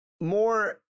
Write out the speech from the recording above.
more